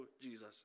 Jesus